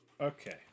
Okay